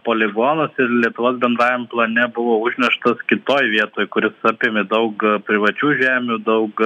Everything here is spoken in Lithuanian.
poligonas lietuvos bendrajam plane buvo užneštas kitoj vietoj kuris apėmė daug privačių žemių daug